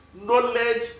knowledge